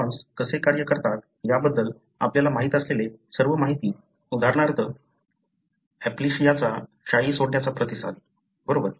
neurons कसे कार्य करतात याबद्दल आपल्याला माहित असलेली सर्व माहिती उदाहरणार्थ ऍप्लिश्याचा शाई सोडण्याचा प्रतिसाद बरोबर